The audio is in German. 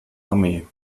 armee